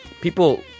People